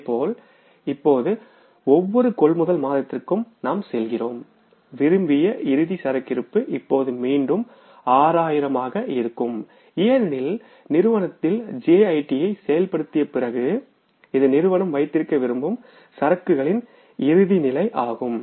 இதேபோல் இப்போது ஒவ்வொரு கொள்முதல் மாதத்திற்கும் நாம் செல்கிறோம் டிசைர்ட் குளோசிங் ஸ்டாக் இப்போது மீண்டும் 6000 ஆக இருக்கும்ஏனெனில் நிறுவனத்தில் ஜஸ்ட் இன் டைம் ஐ செயல்படுத்திய பிறகு இது நிறுவனம் வைத்திருக்க விரும்பும் சரக்குகளின் இறுதி நிலை ஆகும்